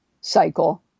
cycle